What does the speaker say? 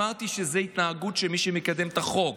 אמרתי שזו ההתנהגות של מי שמקדם את החוק,